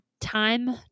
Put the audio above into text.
time